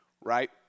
Right